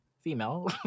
female